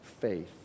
faith